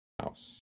house